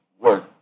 work